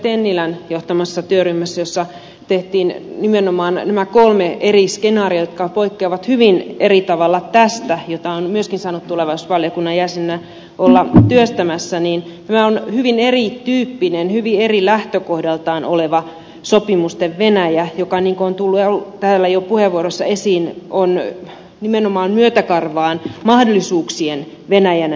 tennilän johtamassa työryhmässä jossa tehtiin nimenomaan nämä kolme eri skenaariota jotka poikkeavat hyvin eri tavalla tästä jota olen myös saanut tulevaisuusvaliokunnan jäsenenä olla työstämässä niin tämä on hyvin erityyppinen hyvin eri lähtökohdiltaan oleva sopimusten venäjä joka niin kuin on tullut täällä jo puheenvuoroissa esiin on nimenomaan myötäkarvaan mahdollisuuksien venäjänä nähtävänä